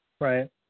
right